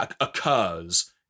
occurs